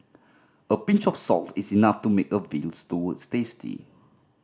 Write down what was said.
a pinch of salt is enough to make a veal stews tasty